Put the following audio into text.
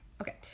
Okay